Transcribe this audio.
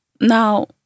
now